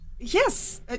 Yes